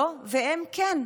למה אנחנו לא, והם כן?